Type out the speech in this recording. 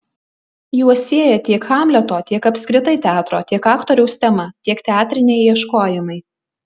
juos sieja tiek hamleto tiek apskritai teatro tiek aktoriaus tema tiek teatriniai ieškojimai